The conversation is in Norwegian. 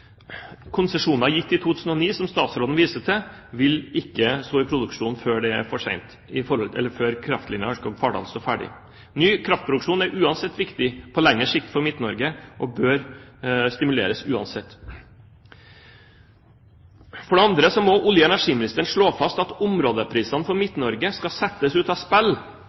Konsesjoner gitt i 2009, som statsråden viser til, vil ikke stå i produksjon før kraftlinja Ørskog–Fardal står ferdig. Ny kraftproduksjon er uansett viktig på lengre sikt for Midt-Norge og bør stimuleres. For det andre må olje- og energiministeren slå fast at områdeprisene for Midt-Norge skal settes ut av spill